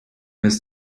miss